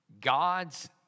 God's